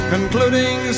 Concluding